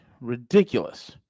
ridiculous